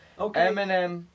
Okay